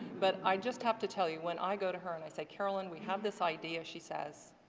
but i just have to tell you, when i go to her and i say carolyn we have this idea. she says,